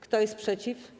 Kto jest przeciw?